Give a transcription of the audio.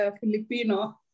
Filipino